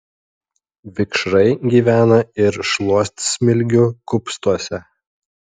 vikšrai gyvena ir šluotsmilgių kupstuose